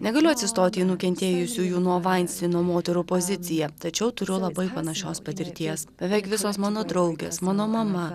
negaliu atsistoti į nukentėjusiųjų nuo vainstino moterų poziciją tačiau turiu labai panašios patirties beveik visos mano draugės mano mama